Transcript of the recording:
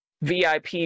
VIP